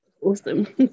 Awesome